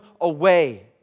away